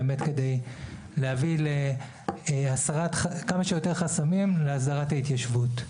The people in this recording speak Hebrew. באמת כדי להביא להסרה של כמה שיותר חסמים להסדרת ההתיישבות.